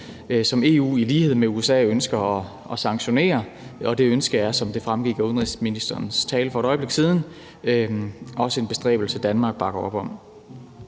som EU i lighed med USA ønsker at sanktionere. Og det ønske er, som det fremgik af udenrigsministerens tale for et øjeblik siden, også en bestræbelse, Danmark bakker op om.